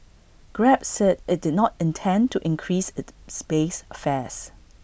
grab said IT did not intend to increase IT space fares